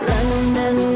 London